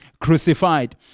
crucified